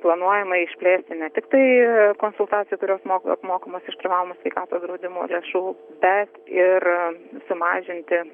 planuojama išplėsti ne tiktai konsultacijų kurios mok apmokamos iš privalomojo sveikatos draudimo lėšų bet ir sumažinti